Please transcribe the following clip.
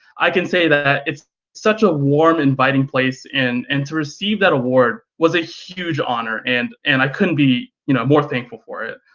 i can say that it's such a warm inviting place and to receive that award was a huge honor and and i couldn't be you know more thankful for it.